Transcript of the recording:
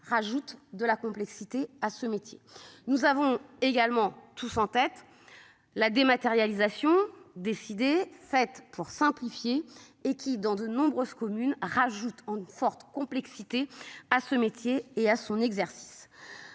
rajoute de la complexité à ce métier. Nous avons également tous en tête. La dématérialisation décidé fait pour simplifier et qui dans de nombreuses communes rajoute en forte complexité à ce métier et à son exercice,